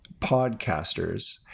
podcasters